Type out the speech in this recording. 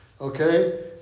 Okay